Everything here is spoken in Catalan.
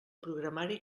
programari